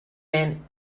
men